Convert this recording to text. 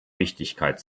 wichtigkeit